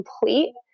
complete